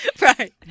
Right